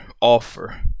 offer